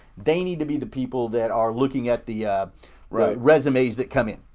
they need to be the people that are looking at the resumes that come in.